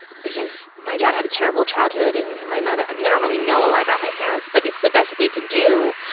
because my dad had a terrible childhood and my mother, i mean, i don't really know a lot about my parents, but it's the best that they could do.